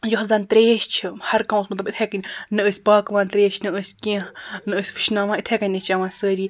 یۄس زَنہٕ ترٛیش چھِ ہر کانٛہہ اوس مطلب یِتھٔے کٕنۍ نہٕ اوس پاکٕوان ترٛیش نَہ ٲسۍ کیٚنٛہہ نَہ ٲسۍ وُشناوان یِتھٕے کٕنۍ ٲسۍ چیٚوان سٲری